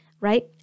right